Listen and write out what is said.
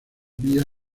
vía